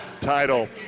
title